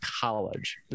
college